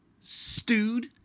Stewed